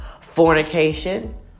fornication